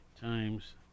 times